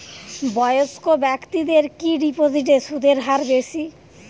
বয়স্ক ব্যেক্তিদের কি ডিপোজিটে সুদের হার বেশি?